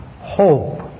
hope